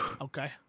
okay